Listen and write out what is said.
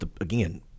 again